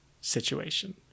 situation